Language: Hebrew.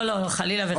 לא, חלילה.